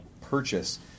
purchase